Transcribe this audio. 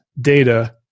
data